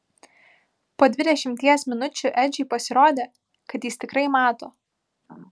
po dvidešimties minučių edžiui pasirodė kad jis tikrai mato